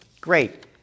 Great